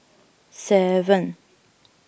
seven